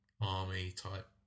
army-type